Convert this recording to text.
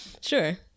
Sure